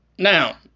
now